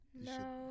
No